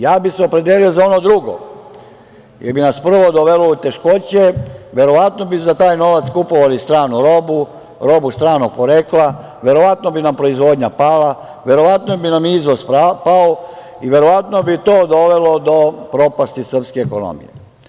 Ja bih se lično opredelio za ono drugo, jer bi nas prvo dovelo u teškoće, verovatno bi za taj novac kupovali stranu robu, robu stranog porekla, verovatno bi nam proizvodnja pala, verovatno bi nam izvoz pao i verovatno bi to dovelo do propasti srpske ekonomije.